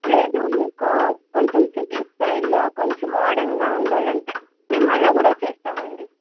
లేదు మీకు కొంచెం సిటీ స్టైల్లో కొంచెం మోడర్న్గా ఉండాలంటే మేము అలా కూడా చేస్తామండి